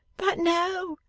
but no,